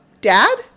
Dad